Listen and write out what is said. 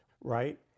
Right